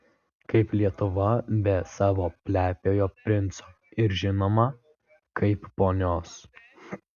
kaip lietuva be savo plepiojo princo ir žinoma kaip ponios